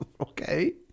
okay